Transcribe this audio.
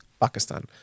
Pakistan